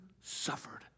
suffered